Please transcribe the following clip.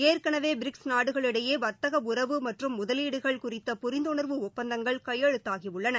ஏற்கனவே பிரிக்ஸ் நாடுகளிடையே வர்த்தக உறவு மற்றும் முதலீடுகள் குறித்த புரிந்துணர்வு ஒப்பந்தங்கள் கையெழுத்தாகி உள்ளன